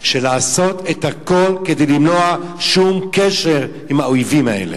לעשות את הכול כדי למנוע כל קשר עם האויבים האלה.